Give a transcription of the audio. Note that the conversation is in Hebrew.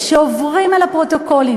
כשעוברים על הפרוטוקולים,